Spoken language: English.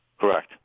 Correct